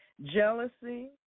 jealousy